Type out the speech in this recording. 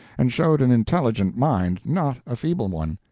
and showed an intelligent mind, not a feeble one.